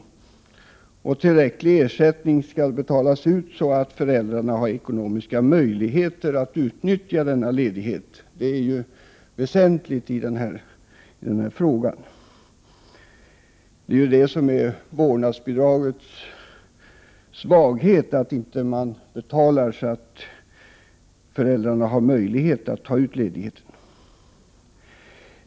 Tillräcklig ersättning skall betalas ut så att föräldrarna har ekonomiska möjligheter att utnyttja denna ledighet. Det är väsentligt i denna fråga. Vårdnadsbidragets svaghet är att man inte betalar tillräckligt så att föräldrarna har möjlighet att utnyttja ledigheten.